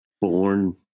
born